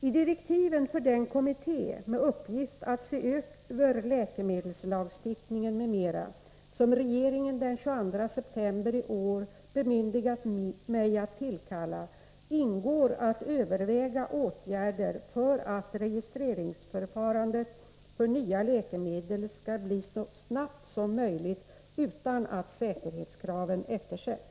I direktiven för den kommitté, med uppgift att se över läkemedelslagstiftningen m.m., som regeringen den 22 september i år bemyndigat mig att tillkalla ingår att överväga åtgärder för att registreringsförfarandet för nya läkemedel skall bli så snabbt som möjligt utan att säkerhetskraven eftersätts.